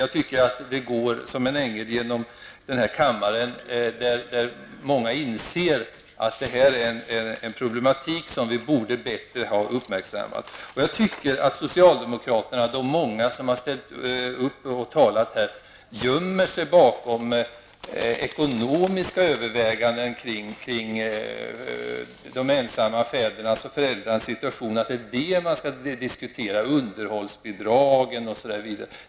Jag tycker att det är som om det ginge en ängel genom denna kammare när många inser detta. Jag anser att de många socialdemokrater som har ställt upp och talat i den här frågan, gömmer sig bakom ekonomiska överväganden när det gäller de ensamma fädernas och föräldrarnas situation, och att det man skall diskutera är underhållsbidrag osv.